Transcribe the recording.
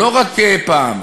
לא רק פעם,